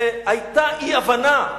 היתה אי-הבנה.